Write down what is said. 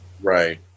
Right